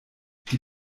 die